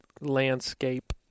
landscape